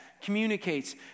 communicates